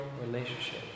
relationship